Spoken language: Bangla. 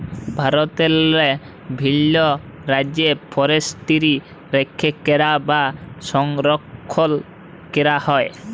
ভারতেরলে বিভিল্ল রাজ্যে ফরেসটিরি রখ্যা ক্যরা বা সংরখ্খল ক্যরা হয়